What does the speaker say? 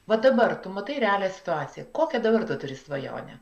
va dabar tu matai realią situaciją kokia dabar tu turi svajonę